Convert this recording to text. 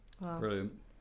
Brilliant